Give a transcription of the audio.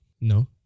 no